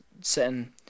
sitting